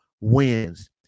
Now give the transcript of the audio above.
wins